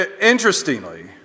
interestingly